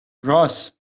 راس